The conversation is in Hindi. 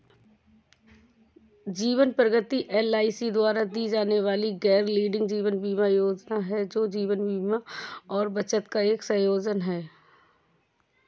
जीवन प्रगति एल.आई.सी द्वारा दी जाने वाली गैरलिंक्ड जीवन बीमा योजना है, जो जीवन बीमा और बचत का एक संयोजन है